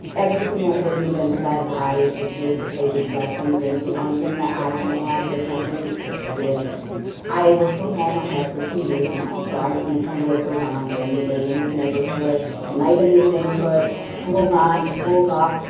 everything that's already been said, i was here to say the exact same things. the only thing that i can add differently is i work from home, i have for two years now. so i see kinda kind of what goes on during the day in this neighborhood, at night in this neighborhood. school's on, school's off,